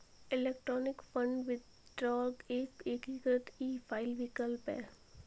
electronic fund withdrawal एक एकीकृत e file विकल्प है